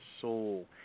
soul